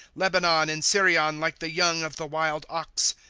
lebanon and sirion like the young of the wild ox.